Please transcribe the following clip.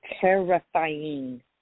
Terrifying